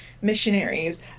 missionaries